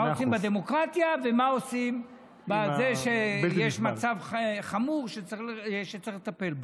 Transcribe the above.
מה עושים בדמוקרטיה ומה עושים עם זה שיש מצב חמור שצריך לטפל בו?